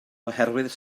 oherwydd